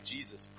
Jesus